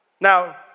Now